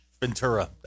Ventura